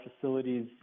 facilities